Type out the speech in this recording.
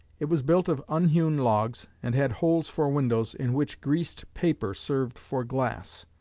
it was built of unhewn logs, and had holes for windows, in which greased paper served for glass.